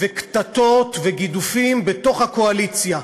וקטטות וגידופים בתוך הקואליציה.